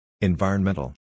Environmental